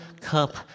cup